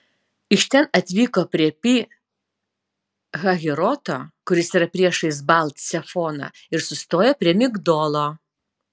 iš ten atvyko prie pi hahiroto kuris yra priešais baal cefoną ir sustojo prie migdolo